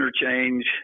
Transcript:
interchange